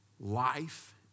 Life